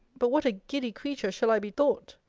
but what a giddy creature shall i be thought,